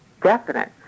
definite